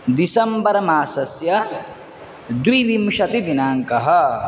दिसम्बर् मासस्य द्विविंशतिदिनाङ्कः